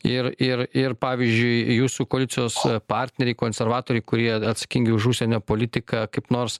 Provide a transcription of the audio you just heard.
ir ir ir pavyzdžiui jūsų koalicijos partneriai konservatoriai kurie atsakingi už užsienio politiką kaip nors